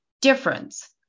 difference